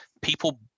people